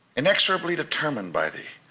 inexorably determined by the